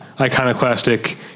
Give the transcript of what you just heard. iconoclastic